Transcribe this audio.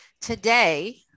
Today